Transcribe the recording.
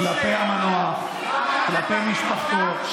כלפי המנוח, כלפי משפחתו.